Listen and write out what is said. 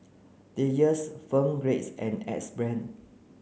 Dreyers Phone Grades and Axe Brand